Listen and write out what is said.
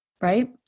right